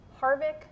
Harvick